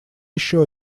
еще